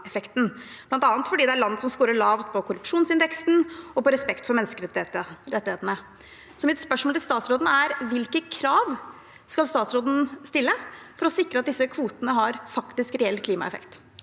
bl.a. fordi det er land som scorer lavt på korrupsjonsindeksen og på respekt for menneskerettighetene. Mitt spørsmål til statsråden er: Hvilke krav skal statsråden stille for å sikre at disse kvotene har faktisk, reell klimaeffekt?